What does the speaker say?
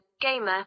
Gamer